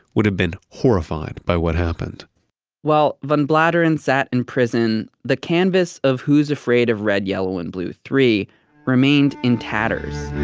would have been horrified by what happened while van bladeren sat in prison, the canvas of who's afraid of red, yellow and blue iii remained in tatters.